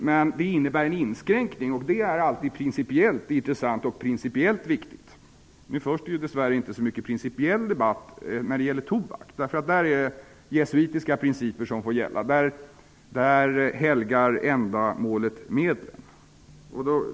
Men det innebär en inskränkning, och det är alltid principiellt intressant och principiellt viktigt. Nu förs det dess värre inte så mycket principiell debatt när det gäller tobak, för där är det jesuitiska principer som får gälla. Där helgar ändamålet medlen.